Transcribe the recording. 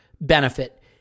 benefit